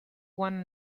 one